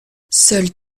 seul